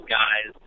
guys